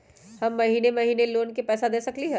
हम महिने महिने लोन के पैसा दे सकली ह?